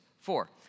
Four